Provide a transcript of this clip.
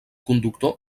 conductor